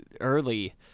early